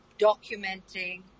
documenting